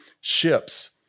ships